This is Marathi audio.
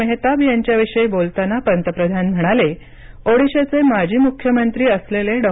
मेहताब यांच्याविषयी बोलताना पंतप्रधान म्हणाले ओडिशाचे माजी मुख्यमंत्री असलेले डॉ